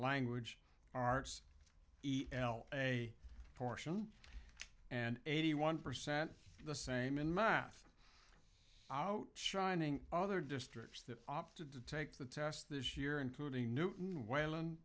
language arts e l a portion and eighty one percent the same in math out shining other districts that opted to take the test this year including newton w